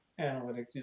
analytics